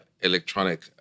electronic